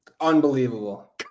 Unbelievable